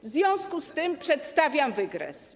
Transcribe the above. W związku z tym przedstawiam wykres.